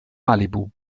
malibu